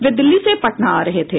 वे दिल्ली से पटना आ रहे थे